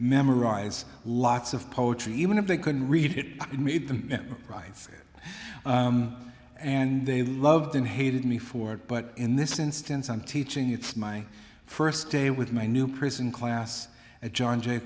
memorize lots of poetry even if they couldn't read it and made them right and they loved and hated me for it but in this instance i'm teaching it's my first day with my new prison class at john j